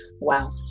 Wow